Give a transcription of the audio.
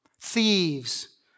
thieves